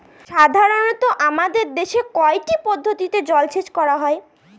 সাধারনত আমাদের দেশে কয়টি পদ্ধতিতে জলসেচ করা হয়?